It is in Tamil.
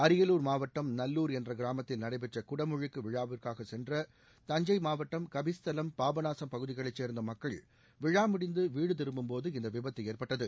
அரியலூர் மாவட்டம் நல்லூர் என்ற கிராமத்தில் நடைபெற்ற குடமுழுக்கு விழாவுக்காகச் சென்ற தஞ்சை மாவட்டம் கபிஸ்தலம் பாபநாசம் பகுதிகளைச் சேர்ந்த மக்கள் விழா முடிந்து வீடு திரும்பும்போது இந்த விபத்து ஏற்பட்டது